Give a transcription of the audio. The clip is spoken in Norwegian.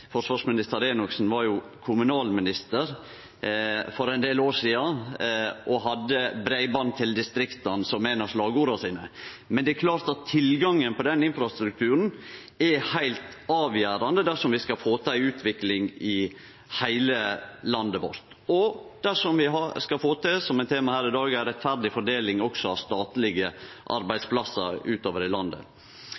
Enoksen var kommunalminister for ein del år sidan og hadde «Breiband til distriktan» som eit av slagorda sine. Det er klart at tilgangen på den infrastrukturen er heilt avgjerande dersom vi skal få til ei utvikling i heile landet vårt, og dersom vi skal få til – som er tema her i dag – ei rettferdig fordeling også av statlege